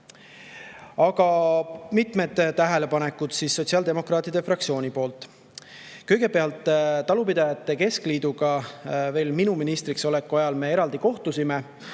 Nüüd mitmed tähelepanekud sotsiaaldemokraatide fraktsiooni poolt. Kõigepealt, talupidajate keskliiduga me veel minu ministriksoleku ajal kohtusime